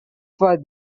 for